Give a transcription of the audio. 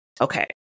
Okay